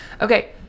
Okay